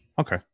Okay